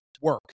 work